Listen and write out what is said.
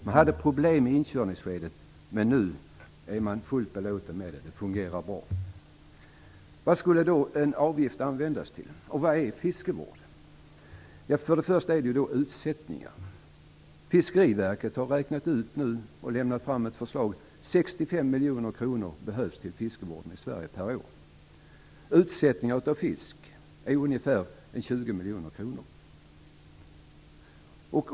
Man hade problem i inkörningsskedet, men nu är man fullt belåten med det. Det fungerar bra. Vad skulle då en avgift användas till, och vad är fiskevård? För det första är det utsättningar. Fiskeriverket har räknat ut, och lämnat fram ett förslag, att det behövs Utsättningar av fisk kostar ungefär 20 miljoner kronor.